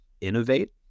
innovate